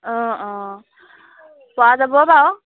অঁ অঁ পোৱা যাব বাৰু